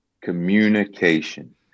communication